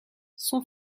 son